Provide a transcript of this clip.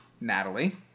Natalie